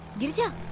girija